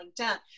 LinkedIn